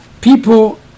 people